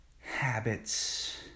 habits